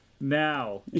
Now